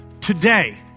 Today